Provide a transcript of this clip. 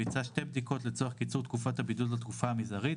ביצע שתי בדיקות לצורך קיצור תקופת הבידוד לתקופה המזערית,